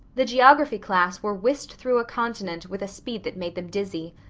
the geography class were whisked through a continent with a speed that made them dizzy.